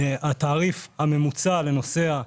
התעריף הממוצע לנוסע,